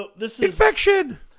Infection